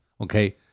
Okay